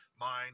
mind